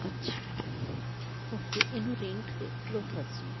અચ્છા ઓકે એનું રેન્ટ કેટલું થશે